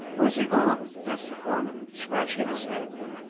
where's he gone? asked the foreman, scratching his head.